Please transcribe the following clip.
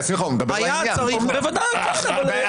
רגע, שמחה, הוא מדבר לעניין.